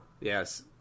Yes